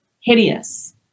hideous